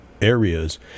areas